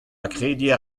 krediñ